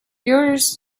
yours